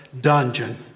dungeon